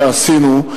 שעשינו,